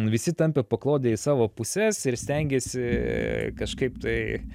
visi tampė paklodę į savo puses ir stengėsi kažkaip tai